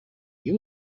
you